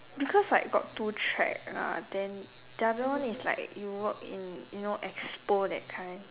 because like got two track ah then the other one is like you work in you know expo that kind